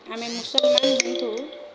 ଆମେ ମୁସଲ୍ମାନ୍ ଯେହେତୁ